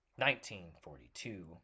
1942